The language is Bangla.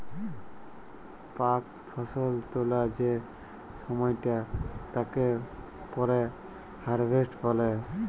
পাক ফসল তোলা যে সময়টা তাকে পরে হারভেস্ট বলে